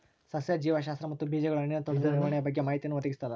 ಸಸ್ಯ ಜೀವಶಾಸ್ತ್ರ ಮತ್ತು ಬೀಜಗಳು ಹಣ್ಣಿನ ತೋಟದ ನಿರ್ವಹಣೆಯ ಬಗ್ಗೆ ಮಾಹಿತಿಯನ್ನು ಒದಗಿಸ್ತದ